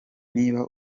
niba